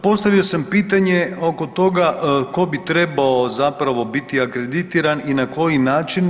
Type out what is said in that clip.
Postavio sam pitanje oko toga tko bi trebao zapravo biti akreditiran i na koji način?